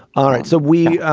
all right. so we.